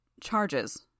Charges